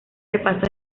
repaso